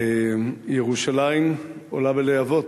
ירושלים עולה בלהבות.